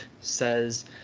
says